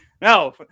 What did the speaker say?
no